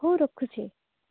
ହଉ ରଖୁଛି